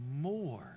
more